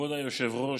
כבוד היושב-ראש,